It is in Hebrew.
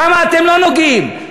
שם אתם לא נוגעים,